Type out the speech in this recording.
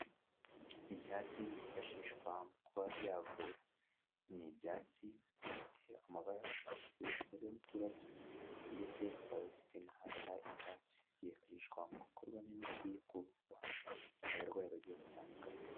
Ibyatsi byifashishwa mu kuba byavura, ni ibyatsi bifite amabara y'umutuku ameze nk'uturabyo, ndetse bikaba bifite n'ahasa icyatsi. Byibashishwa mu gukorwamo imiti yo kuvura abarwayi bagiye batandukanye.